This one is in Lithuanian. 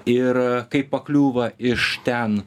ir kaip pakliūva iš ten